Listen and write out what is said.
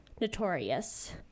notorious